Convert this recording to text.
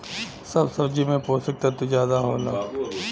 सब सब्जी में पोसक तत्व जादा होला